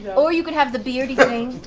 or you can have the beardy thing.